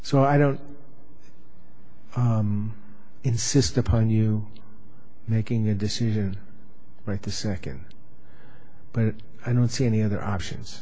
so i don't insist upon you making the decision right the second but i don't see any other options